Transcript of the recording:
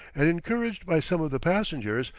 and encouraged by some of the passengers,